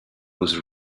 was